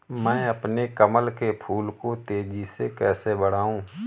मैं अपने कमल के फूल को तेजी से कैसे बढाऊं?